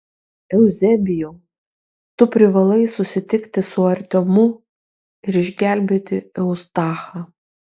euzebijau tu privalai susitikti su artiomu ir išgelbėti eustachą